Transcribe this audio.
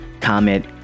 comment